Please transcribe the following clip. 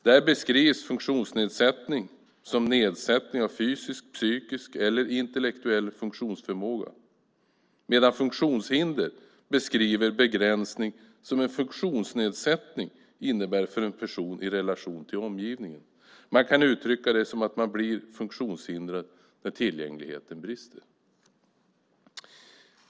Där beskrivs funktionsnedsättning som nedsättning av fysisk, psykisk eller intellektuell funktionsförmåga, medan funktionshinder beskriver den begränsning som en funktionsnedsättning innebär för en person i relation till omgivningen. Man kan uttrycka det som att man blir funktionshindrad när tillgängligheten brister.